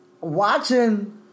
Watching